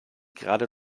gerade